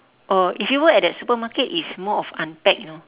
oh if you work at that supermarket it's more of unpack you know